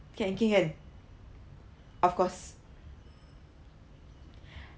can can can of course